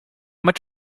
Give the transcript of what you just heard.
much